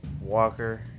Walker